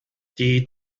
die